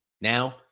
now